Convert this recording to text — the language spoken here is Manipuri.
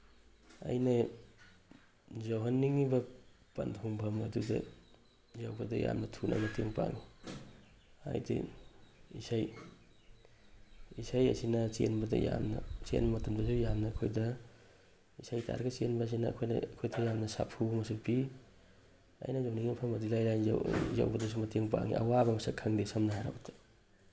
ꯑꯩꯅ ꯌꯧꯍꯟꯅꯤꯡꯉꯤꯕ ꯄꯟꯊꯨꯡꯐꯝ ꯑꯗꯨꯗ ꯌꯧꯕꯗ ꯌꯥꯝꯅ ꯊꯨꯅ ꯃꯇꯦꯡ ꯄꯥꯡꯉꯤ ꯍꯥꯏꯗꯤ ꯏꯁꯩ ꯏꯁꯩ ꯑꯁꯤꯅ ꯆꯦꯟꯕꯗ ꯌꯥꯝꯅ ꯆꯦꯟꯕ ꯃꯇꯝꯗꯁꯨ ꯌꯥꯝꯅ ꯑꯩꯈꯣꯏꯗ ꯏꯁꯩ ꯇꯥꯔꯒ ꯆꯦꯟꯕꯁꯤꯅ ꯑꯩꯈꯣꯏꯗ ꯌꯥꯝꯅ ꯁꯥꯐꯨ ꯑꯃꯁꯨ ꯄꯤ ꯑꯩꯅ ꯌꯧꯅꯤꯡꯉꯤꯕ ꯃꯐꯝ ꯑꯗꯨꯗ ꯏꯔꯥꯏ ꯂꯥꯏꯅ ꯌꯧꯕꯗꯁꯨ ꯃꯇꯦꯡ ꯄꯥꯡꯉꯤ ꯑꯋꯥꯕ ꯃꯁꯛ ꯈꯪꯗꯦ ꯁꯝꯅ ꯍꯥꯏꯔꯕꯗ